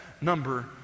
number